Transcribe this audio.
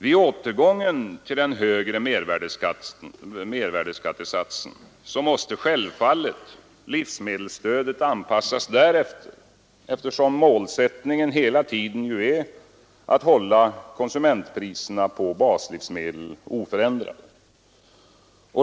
Vid återgången till den högre mervärdeskattesatsen måste självfallet livsmedelsstödet anpassas därefter, eftersom målsättningen hela tiden ju är att hålla konsumentpriserna på baslivsmedel oförändrade.